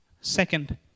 Second